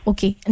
Okay